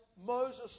Moses